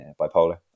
bipolar